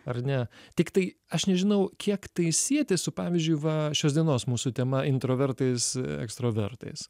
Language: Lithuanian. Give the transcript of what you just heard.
ar ne tiktai aš nežinau kiek tai sieti su pavyzdžiui va šios dienos mūsų tema introvertais ekstravertais